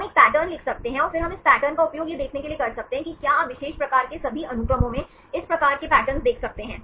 हम एक पैटर्न लिख सकते हैं और फिर हम इस पैटर्न का उपयोग यह देखने के लिए कर सकते हैं कि क्या आप विशेष प्रकार के सभी अनुक्रमों में इस प्रकार के पैटर्न देख सकते हैं